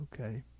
okay